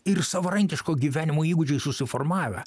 ir savarankiško gyvenimo įgūdžiai susiformavę